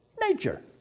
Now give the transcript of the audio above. Nature